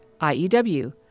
IEW